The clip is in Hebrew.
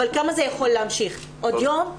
אבל כמה זה יכול להמשיך, עוד יום?